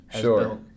Sure